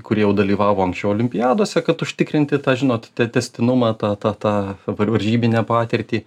kurie jau dalyvavo anksčiau olimpiadose kad užtikrinti tą žinot tą tęstinumą tą tą tą varžybinę patirtį